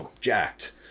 jacked